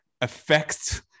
affects